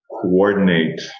coordinate